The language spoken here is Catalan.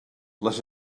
les